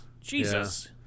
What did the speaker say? Jesus